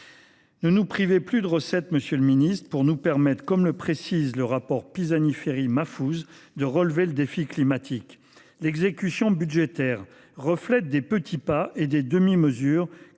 Ne nous privez plus de recettes, monsieur le ministre, pour nous permettre, comme le réclame le rapport de M. Pisani Ferry et de Mme Mahfouz, de relever le défi climatique. L’exécution budgétaire reflète des petits pas et des demi mesures,